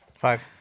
five